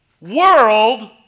world